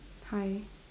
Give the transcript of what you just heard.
tie